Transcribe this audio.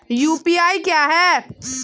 UPI क्या है?